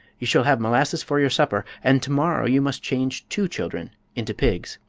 you shall have molasses for your supper, and to-morrow you must change two children into pigs.